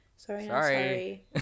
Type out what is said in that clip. sorry